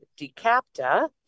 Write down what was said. Decapta